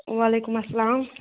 وعلیکُم اسلام